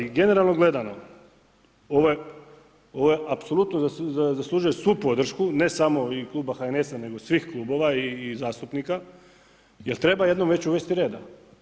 Generalno gledano, ovo apsolutno zaslužuje svu podršku ne samo i Kluba HNS-a, nego svih klubova i zastupnika jer treba jednom već uvesti reda.